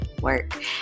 work